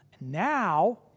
Now